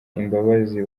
imbabazi